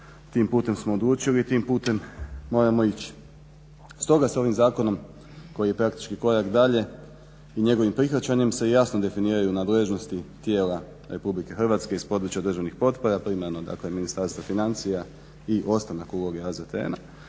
tim putem smo odlučili i tim putem moramo ići. Stoga se ovim zakonom koji je praktički korak dalje i njegovim prihvaćanjem se jasno definiraju nadležnosti tijela RH iz područja državnih potpora … /Govornik se ne razumije./… Ministarstva financija i ostanak uloge AZTN-a